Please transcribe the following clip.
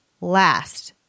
last